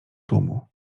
tłumu